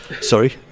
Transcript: Sorry